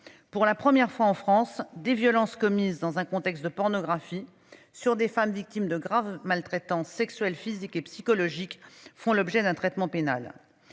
Pour la première fois en France des violences commises dans un contexte de pornographie sur des femmes victimes de graves maltraitances sexuelles physiques et psychologiques font l'objet d'un traitement pénal.